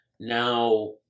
Now